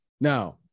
Now